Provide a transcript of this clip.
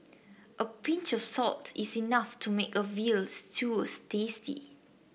a pinch of salt is enough to make a veal stews tasty